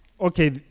Okay